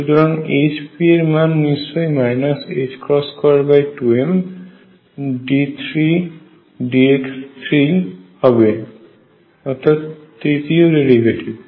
সুতরাং Hp এর মান নিশ্চয়ই 22md3dx3 হবে অর্থাৎ তৃতীয় ডেরিভেটিভ